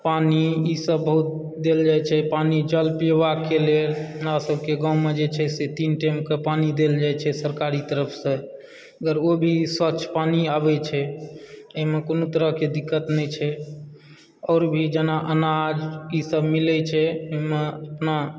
पानी ईसभ बहुत देल जाइ छै पानी जल पीबाक लेल हमरा सभकेँ गाँवमऽ जे छै से तीन टाइमकऽ पानी देल जाइ छै सरकारी तरफसँ अगर ओ भी स्वच्छ पानी अबैत छै एहिमऽ कोनो तरहके दिक्कत नहि छै आओर भी जेना अनाज ईसभ भी मिलैत छै ओहिमे अपना